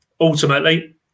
ultimately